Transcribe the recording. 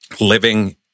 living